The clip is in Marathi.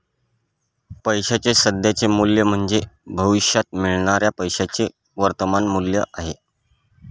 पैशाचे सध्याचे मूल्य म्हणजे भविष्यात मिळणाऱ्या पैशाचे वर्तमान मूल्य आहे